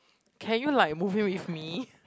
can you like move in with me